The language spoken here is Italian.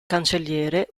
cancelliere